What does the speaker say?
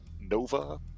Nova